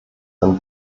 den